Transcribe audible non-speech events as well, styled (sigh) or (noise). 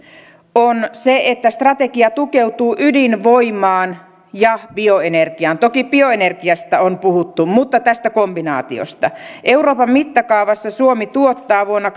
on se että strategia tukeutuu ydinvoimaan ja bioenergiaan toki bioenergiasta on puhuttu mutta ei tästä kombinaatiosta euroopan mittakaavassa suomi tuottaa vuonna (unintelligible)